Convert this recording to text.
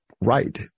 right